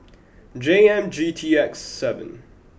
J M G T X seven